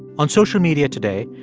on social media today,